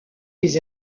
des